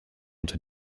unter